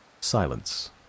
silence